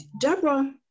Deborah